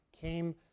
came